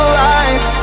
lies